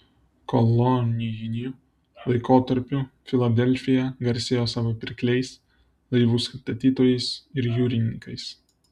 kolonijiniu laikotarpiu filadelfija garsėjo savo pirkliais laivų statytojais ir jūrininkais